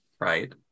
right